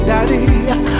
Daddy